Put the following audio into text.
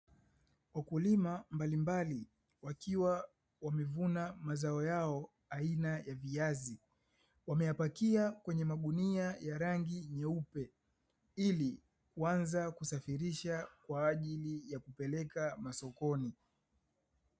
Wakulima mbalimbali wakiwa wamevuna mazao yao aina ya viazi wameyapakia kwenye magunia ya rangi nyeupe ili kuanza kusafirisha kwajili ya kupeleka masokoni.